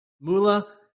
Mula